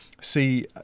see